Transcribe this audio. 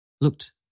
looked